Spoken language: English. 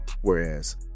whereas